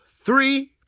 three